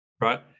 right